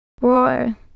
Roar